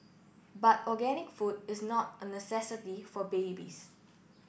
but organic food is not a necessity for babies